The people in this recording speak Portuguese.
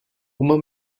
uma